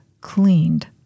cleaned